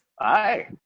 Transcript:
Aye